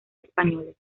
españoles